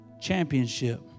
championship